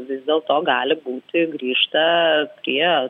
vis dėl to gali būti grįžta prie